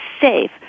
safe